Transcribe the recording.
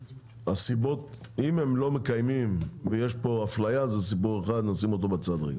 שאם יש פה אפליה, זה סיפור אחד ונשים אותו בצד.